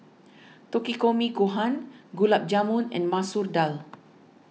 Takikomi Gohan Gulab Jamun and Masoor Dal